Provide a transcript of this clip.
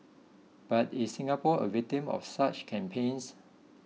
but is Singapore a victim of such campaigns